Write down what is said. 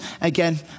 Again